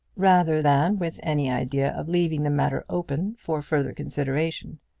rather than with any idea of leaving the matter open for further consideration.